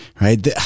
right